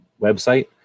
website